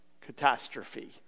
catastrophe